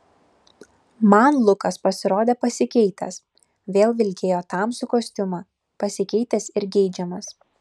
man lukas pasirodė pasikeitęs vėl vilkėjo tamsų kostiumą pasikeitęs ir geidžiamas